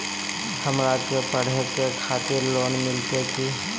हमरा के पढ़े के खातिर लोन मिलते की?